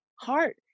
heart